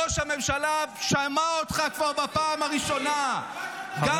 ראש הממשלה כבר שמע אותך בפעם הראשונה ----- חבר הכנסת שקלים,